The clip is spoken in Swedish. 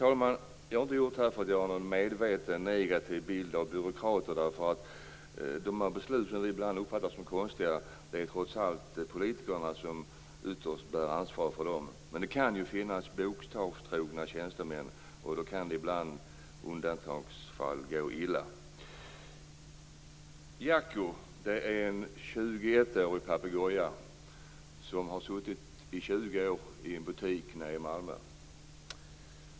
Avsikten har inte varit att ge en medvetet negativ bild av byråkrater. Men sådana här beslut uppfattas ibland som konstiga och det är trots allt politikerna som ytterst bär ansvaret för dem. Det kan ju finnas bokstavstrogna tjänstemän och då kan det ibland, i undantagsfall, gå illa. Jacko är en 21-årig papegoja som i 20 år har suttit i en butik i Malmö.